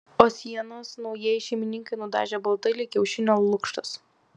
o sienas naujieji šeimininkai nudažė baltai lyg kiaušinio lukštas